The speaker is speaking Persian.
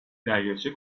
دریاچه